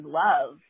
love